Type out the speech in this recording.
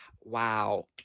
Wow